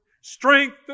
Strength